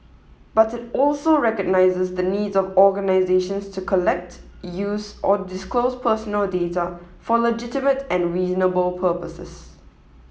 but it also recognises the needs of organisations to collect use or disclose personal data for legitimate and reasonable purposes